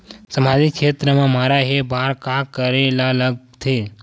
सामाजिक क्षेत्र मा रा हे बार का करे ला लग थे